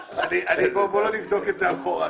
בוא לא נבדוק את זה אחורה,